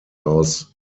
aus